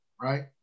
right